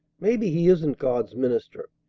maybe he isn't god's minister.